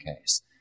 case